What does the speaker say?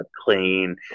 clean